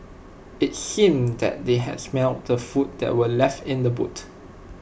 IT seemed that they had smelt the food that were left in the boot